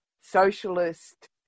socialist